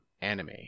anime